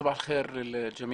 סבאח אל-ח'יר אל-ג'מיעה,